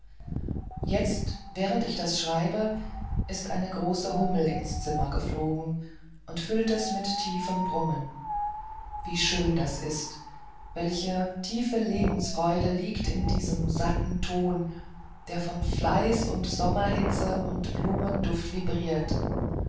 jetzt während ich das schreibe ist eine große hummel ins zimmer geflogen und füllt es mit tiefem brummen wie schön das ist welche tiefe lebensfreude liegt in diesem satten ton der von fleiß und sommerhitze und blumenduft vibriert